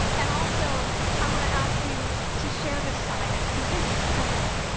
and also i want to ask you to share the science, because this is simple.